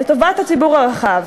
לטובת הציבור הרחב.